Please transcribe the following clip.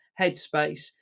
headspace